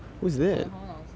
我的华文老师